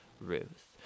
Ruth